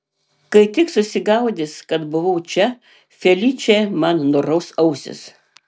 kai tik susigaudys kad buvau čia feličė man nuraus ausis